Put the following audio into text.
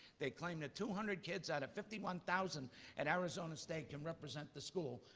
they claim that two hundred kids out of fifty one thousand at arizona state can represent the school.